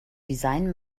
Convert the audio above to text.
design